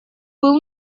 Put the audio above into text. был